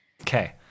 Okay